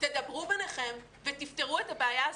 דברו ביניכם ותפתרו את הבעיה הזאת.